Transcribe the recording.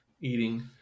eating